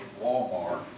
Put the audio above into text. Walmart